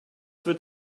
wird